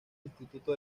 instituto